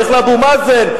לך לאבו מאזן,